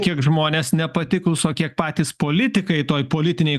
kiek žmonės nepatiklūs o kiek patys politikai toj politinėj